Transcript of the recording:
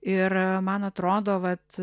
ir man atrodo vat